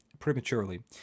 prematurely